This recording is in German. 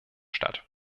statt